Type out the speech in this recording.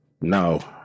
no